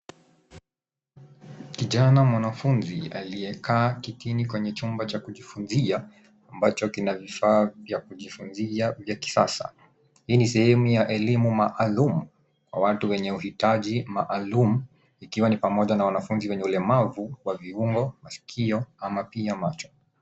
Kijana mwanafunzi aliyekaa kitini kwenye chumba cha kujifunzia ambacho kina vifaa vya kujifunzia vya kisasa. Hii ni sehemu ya elimu maalum ya watu wenye huhitaji maalum ikiwa ni pamoja na wanafunzi wenye ulemavu wa viungo masikio ama pia macho.